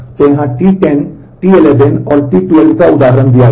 तो यहाँ T10 T11 और T12 का उदाहरण दिया गया है